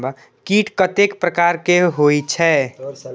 कीट कतेक प्रकार के होई छै?